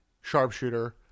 sharpshooter